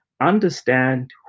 Understand